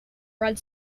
red